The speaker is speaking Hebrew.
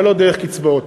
אבל לא דרך קצבאות.